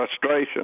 frustration